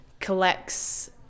collects